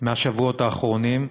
בשבועות האחרונים,